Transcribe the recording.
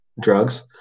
drugs